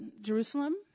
Jerusalem